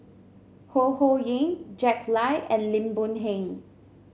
Ho Ho Ying Jack Lai and Lim Boon Heng